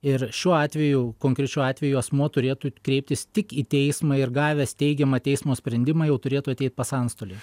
ir šiuo atveju konkrečiu atveju asmuo turėtų kreiptis tik į teismą ir gavęs teigiamą teismo sprendimą jau turėtų ateit pas antstolį